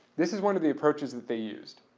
this is one of the approaches that they used.